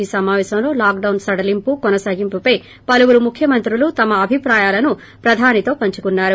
ఈ సమాపేశంలో లాక్డొన్ సడలింప్తు కొనసాగింపై పలువురు ముఖ్యమంత్రులు తమ అభిప్రాయాలను ప్రధానితో పంచుకున్నారు